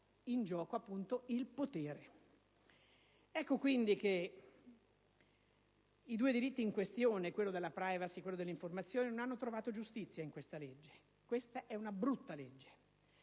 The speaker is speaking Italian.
in ballo c'era il potere. Ecco quindi che i due diritti in questione - quello della *privacy* e quello dell'informazione - non hanno trovato giustizia in questa legge. Questa è una brutta legge,